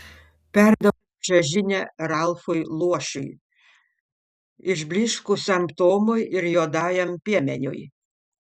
perduok šią žinią ralfui luošiui išblyškusiam tomui ir juodajam piemeniui